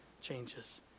changes